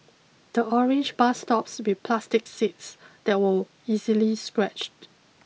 the orange bus stops with plastic seats that were easily scratched